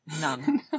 None